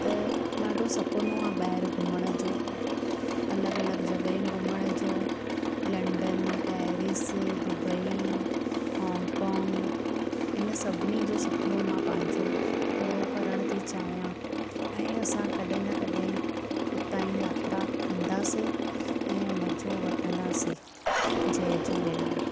त ॾाढो सुपिनो आहे ॿाहिरु घुमण जो अलॻि अलॻि जॻहियूं घुमण जो लंडन पेरिस दुबई हॉंगकॉंग इन सभिनी जो सुपिनो मां पंहिंजो पूरो करण थी चाहियां ऐं असां कॾहिं न कॾहिं उतां जी यात्रा कंदासीं ऐं मज़ो वठंदासीं जय झूलेलाल